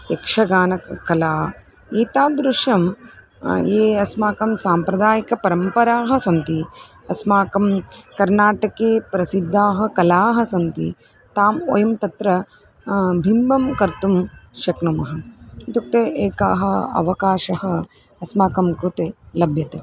यक्षगानकला एतादृश्यः याः अस्माकं साम्प्रदायिकपरम्पराः सन्ति अस्माकं कर्नाटके प्रसिद्धाः कलाः सन्ति ताः वयं तत्र बिम्बं कर्तुं शक्नुमः इत्युक्ते एकः अवकाशः अस्माकं कृते लभ्यते